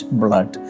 blood